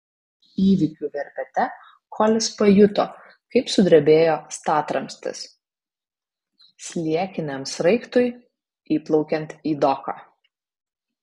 įvykių verpete kolis pajuto kaip sudrebėjo statramstis sliekiniam sraigtui įplaukiant į doką